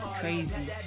crazy